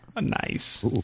Nice